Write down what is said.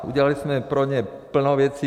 Udělali jsme pro ně plno věcí!